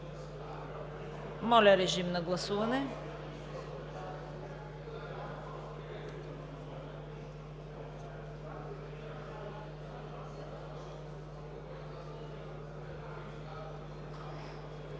Моля, режим на гласуване.